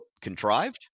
Contrived